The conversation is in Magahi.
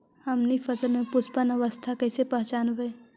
हमनी फसल में पुष्पन अवस्था कईसे पहचनबई?